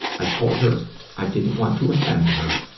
i told her i didn't want to offend her,